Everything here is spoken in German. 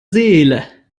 seele